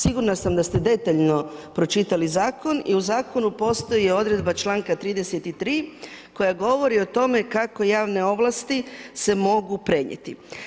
Sigurna sam da ste detaljno pročitali zakon i u zakonu postoji odredba članka 33. koja govori o tome kako javne ovlasti se mogu prenijeti.